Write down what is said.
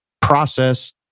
process